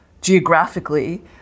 geographically